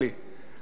השר כחלון,